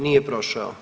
Nije prošao.